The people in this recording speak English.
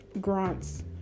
grants